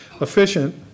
efficient